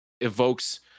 evokes